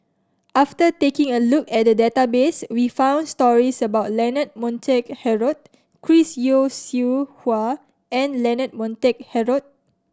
after taking a look at the database we found stories about Leonard Montague Harrod Chris Yeo Siew Hua and Leonard Montague Harrod